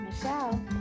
michelle